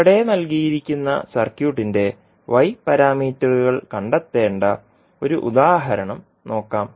ചുവടെ നൽകിയിരിക്കുന്ന സർക്യൂട്ടിന്റെ y പാരാമീറ്ററുകൾ കണ്ടെത്തേണ്ട ഒരു ഉദാഹരണം നോക്കാം